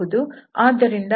ಆದ್ದರಿಂದ ಇದು 2yx 1